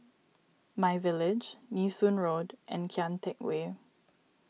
My Village Nee Soon Road and Kian Teck Way